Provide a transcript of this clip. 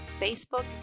Facebook